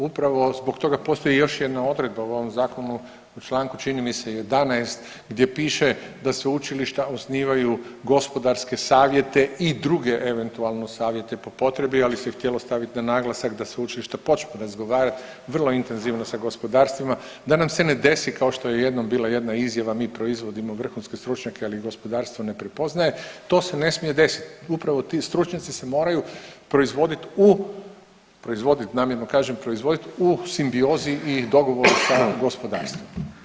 Upravo zbog toga postoji još jedna odredba u ovom zakonu, u članku čini mi se 11. gdje piše da sveučilišta osnivaju gospodarske savjete i druge eventualno savjete po potrebi, ali se htjelo stavit na naglasak da sveučilišta počnu razgovarat vrlo intenzivno sa gospodarstvima da nam se ne desi kao što je jednom bila jedna izjava mi proizvodimo vrhunske stručnjake, ali ih gospodarstvo ne prepoznaje, to se ne smije desit, upravo ti stručnjaci se moraju proizvodit u, proizvodit, namjerno kažem proizvodit u simbiozi i dogovoru sa gospodarstvom.